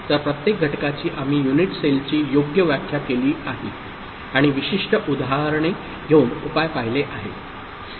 तर प्रत्येक घटकाची आम्ही युनिट सेलची योग्य व्याख्या केली आहे आणि विशिष्ट उदाहरणे घेऊन उपाय पाहिले आहे